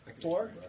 Four